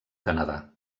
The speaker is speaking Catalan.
canadà